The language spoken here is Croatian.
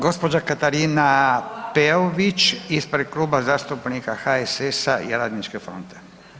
Gospođa Katarina Peović ispred Kluba zastupnika HSS-a i Radničke fronte.